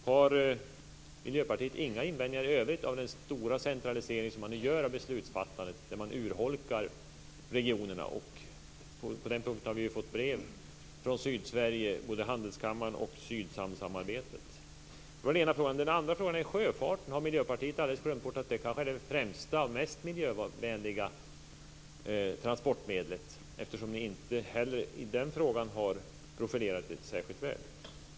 Har Miljöpartiet inga invändningar i övrigt mot den stora centralisering som man gör av beslutsfattandet när man urholkar regionerna? På den punkten har vi fått brev från både Sydsvenska handelskammaren och Sydsamsamarbetet. Det var den ena frågan. Den andra frågan handlar om sjöfarten. Har Miljöpartiet alldeles glömt bort att den kan vara det främsta och mest miljövänliga transportmedlet, eftersom ni inte heller i den frågan har profilerat er särskilt väl?